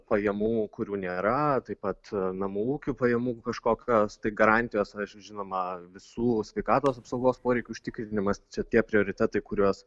pajamų kurių nėra taip pat namų ūkių pajamų kažkokios tai garantijos žinoma visų sveikatos apsaugos poreikių užtikrinimas čia tie prioritetai kuriuos